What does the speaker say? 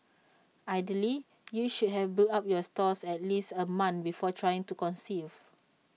ideally you should have built up your stores at least A month before trying to conceive